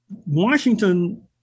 Washington